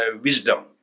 wisdom